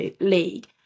league